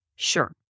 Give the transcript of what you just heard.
Sure